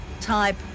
type